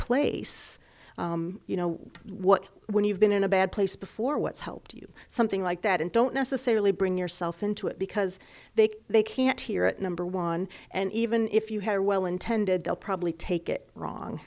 place you know what when you've been in a bad place before what's helped you something like that and don't necessarily bring yourself into it because they they can't hear it number one and even if you have a well intended they'll probably take it wrong